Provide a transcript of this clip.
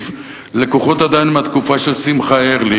לקוחים עדיין מהתקופה של שמחה ארליך,